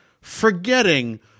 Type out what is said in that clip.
Forgetting